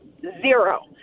Zero